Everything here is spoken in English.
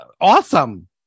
awesome